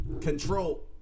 control